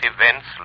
events